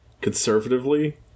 conservatively